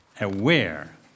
aware